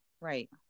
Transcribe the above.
right